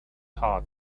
heart